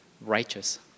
righteous